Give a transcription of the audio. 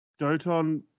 Doton